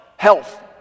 Health